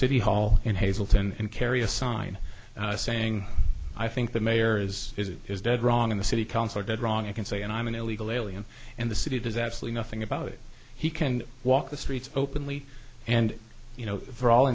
city hall in hazleton and carry a sign saying i think the mayor is is it is dead wrong in the city council are dead wrong you can say and i'm an illegal alien and the city does absolutely nothing about it he can walk the streets openly and you know for all